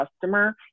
customer